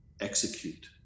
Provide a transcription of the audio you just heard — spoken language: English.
execute